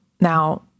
Now